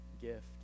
gift